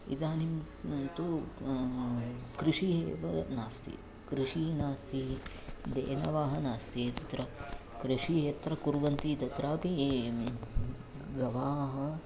इदानीं तु कृषिः एव नास्ति कृषिः नास्ति धेनवः नास्ति तत्र कृषिः यत्र कुर्वन्ति तत्रापि गावः